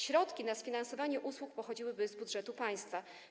Środki na sfinansowanie usług pochodziłyby z budżetu państwa.